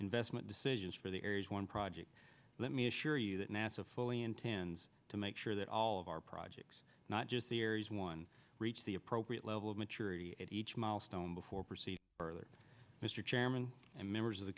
investment decisions for the air is one project let me assure you that nasa fully intends to make sure that all of our projects not just the aries one reached the appropriate level of maturity at each milestone before proceed further mr chairman and members of the